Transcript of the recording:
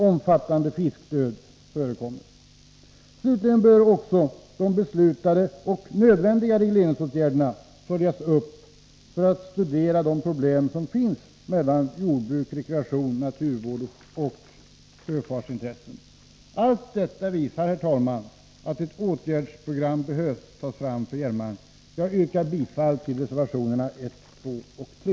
Omfattande fiskdöd förekommer. Slutligen bör också de beslutade och nödvändiga regleringsåtgärderna följas upp för att studera de problem som finns mellan jordbruk, rekreation, naturvård och sjöfartsintressen. Allt detta visar, herr talman, att ett åtgärdsprogram behöver tas fram för Hjälmaren. Jag yrkar bifall till reservationerna 1, 2 och 3.